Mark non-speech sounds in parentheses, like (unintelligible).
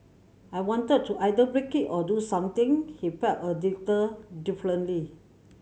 I wanted to either break it or do something he felt a (unintelligible) differently